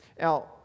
Now